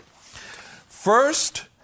First